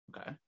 Okay